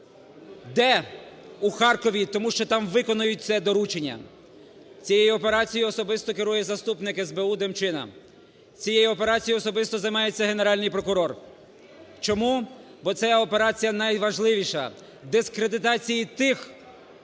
Де? У Харкові, тому що там виконають це доручення. Цією операцією особисто керує заступник СБУ Демчина. Цією операцією особисто займається Генеральний прокурор. Чому? Бо це операція найважливіша, дискредитації тих,